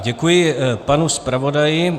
Děkuji panu zpravodaji.